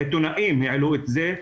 עיתונאים העלו את זה.